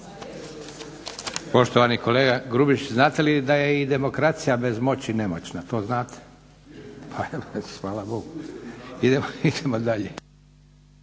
Poštovani kolega Grubišić znate li da je i demokracija bez moći nemoćna? To znate. Hvala Bogu. Idemo dalje.